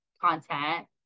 content